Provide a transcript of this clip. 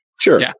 Sure